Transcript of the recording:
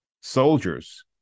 soldiers